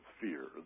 fear